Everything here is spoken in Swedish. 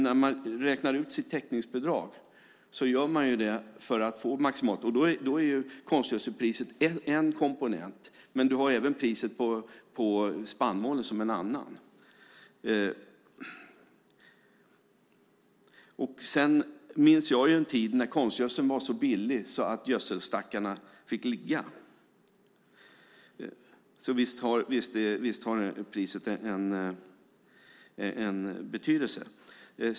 När man räknar ut sitt täckningsbidrag så gör man ju det för att få det maximalt. Då är konstgödselpriset en komponent och priset på spannmål en annan. Jag minns en tid när konstgödseln var så billig att gödselstackarna fick ligga, så visst har priset en betydelse.